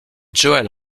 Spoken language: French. joël